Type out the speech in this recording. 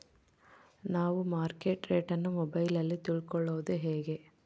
ನಾವು market rate ಅನ್ನು ಮೊಬೈಲಲ್ಲಿ ತಿಳ್ಕಳೋದು ಹೇಗೆ?